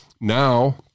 now